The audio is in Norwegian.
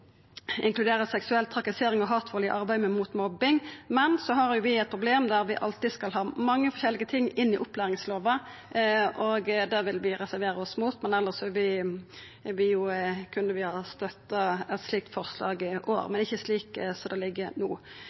seksuell trakassering og hatvald i arbeidet mot mobbing, men vi har eit problem med at vi alltid skal ha mange forskjellige ting inn i opplæringslova, og det vil vi reservera oss mot. Vi kunne elles ha støtta eit slikt forslag også, men ikkje slik som det ligg no.